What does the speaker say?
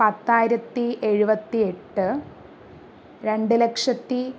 പത്തായിരത്തി എഴുപത്തി എട്ട് രണ്ട് ലക്ഷത്തി